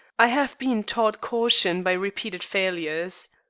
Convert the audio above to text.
i have been taught caution by repeated failures.